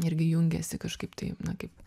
irgi jungiasi kažkaip tai na kaip